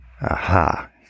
Aha